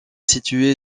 situé